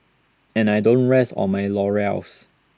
and I don't rest on my laurels